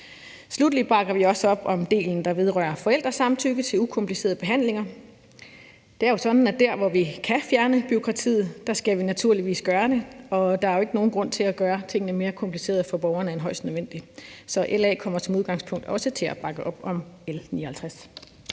Sluttelig bakker vi også op om delen, der vedrører forældresamtykke til ukomplicerede behandlinger. Det er jo sådan, at der, hvor vi kan fjerne bureaukrati, skal vi naturligvis gøre det, og der er jo ikke nogen grund til at gøre tingene mere komplicerede for borgerne end højst nødvendigt. Så LA kommer som udgangspunkt også til at bakke op om L 59.